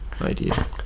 idea